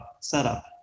setup